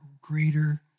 greater